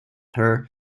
her